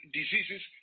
diseases